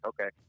Okay